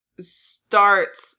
starts